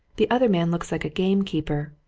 the other man looks like a gamekeeper.